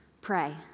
pray